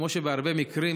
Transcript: כמו בהרבה מקרים,